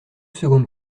secondes